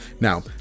Now